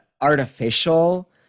artificial